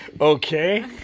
Okay